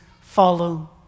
follow